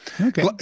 Okay